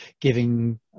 giving